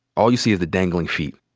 all you see are the dangling feet,